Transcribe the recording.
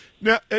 Now